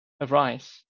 arise